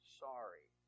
sorry